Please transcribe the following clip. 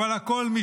אבל הכול,